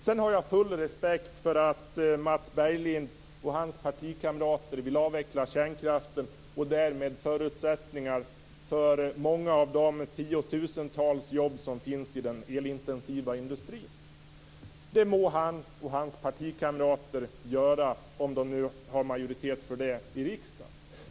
Sedan har jag full respekt för att Mats Berglind och hans partikamrater vill avveckla kärnkraften och därmed förutsättningar för många av de tiotusentals jobb som finns i den elintensiva industrin. Det må han och hans partikamrater göra om de har majoritet för det i riksdagen.